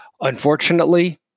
Unfortunately